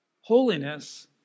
Holiness